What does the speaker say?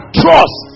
trust